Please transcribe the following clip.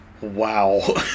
Wow